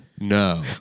No